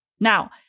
Now